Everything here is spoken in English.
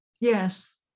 Yes